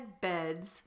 beds